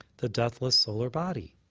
the deathless solar body.